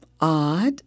odd